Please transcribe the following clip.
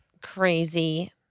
crazy